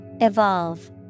Evolve